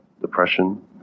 depression